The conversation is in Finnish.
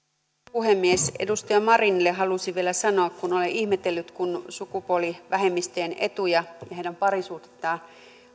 puhemies edustaja marinille halusin vielä sanoa olen ihmetellyt sitä että kun sukupuolivähemmistöjen etuja ja heidän parisuhdettaan